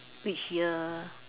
which year